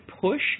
push